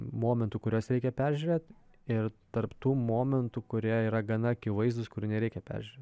momentų kuriuos reikia peržiūrėt ir tarp tų momentų kurie yra gana akivaizdūs kur nereikia peržiūrėt